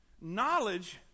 Knowledge